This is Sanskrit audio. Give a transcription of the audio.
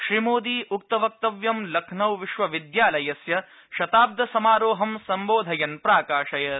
श्रीमोदी उक्तवक्तव्यं लखनौ विश्वविद्यालयस्य शताब्दीसमारोहं सम्बोधयन् प्राकाशयत्